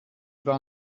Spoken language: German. war